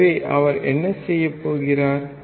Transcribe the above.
எனவே அவர் என்ன செய்கிறார்